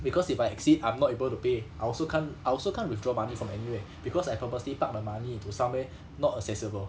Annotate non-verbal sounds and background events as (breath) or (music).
because if I exceed I'm not able to pay I also can't I also can't withdraw money from anywhere (breath) because I purposely park the money into somewhere (breath) not accessible